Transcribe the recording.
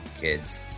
kids